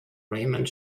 raymond